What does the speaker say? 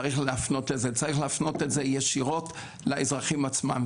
צריך להפנות את זה ישירות לאזרחים עצמם.